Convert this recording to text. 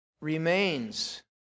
remains